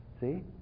See